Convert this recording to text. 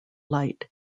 light